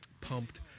pumped